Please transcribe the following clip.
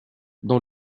dans